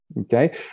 Okay